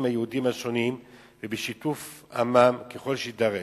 היהודיים השונים ובשיתוף עמם ככל שיידרש: